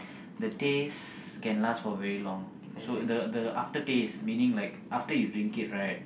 the taste can last for very long so the the aftertaste meaning like after you drink it right